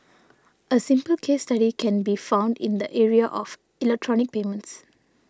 a simple case study can be found in the area of electronic payments